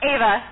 Ava